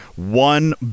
One